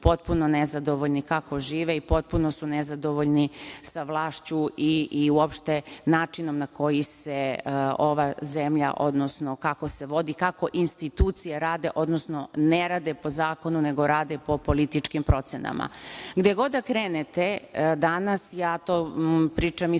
potpuno nezadovoljni kako žive i potpuno su nezadovoljni sa vlašću i uopšte načinom na koji se ova zemlja, odnosno kako se vodi, kako institucije rade, odnosno ne rade po zakonu nego rade po političkim procenama. Gde god da krenete danas, ja to pričam iz